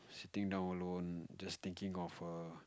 siting down alone just think of err